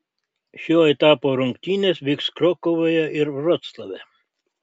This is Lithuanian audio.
šio etapo rungtynės vyks krokuvoje ir vroclave